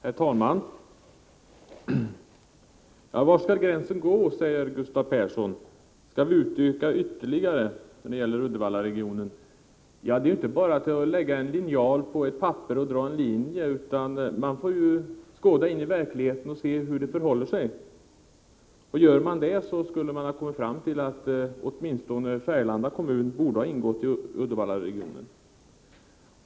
Herr talman! Var skall gränsen gå? frågar Gustav Persson. Skall vi göra en ytterligare utökning när det gäller Uddevallaregionen? Ja, det är ju inte bara att lägga en linjal på ett papper och dra en linje, utan man får skåda in i verkligheten och se hur det förhåller sig. Hade man gjort det skulle man ha kommit fram till att åtminstone Färgelanda kommun borde ha ingått i Uddevallaregionen.